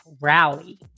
rally